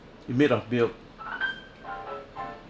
made of milk